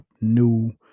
new